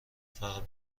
فقط